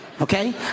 Okay